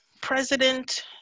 president